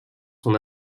son